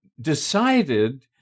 decided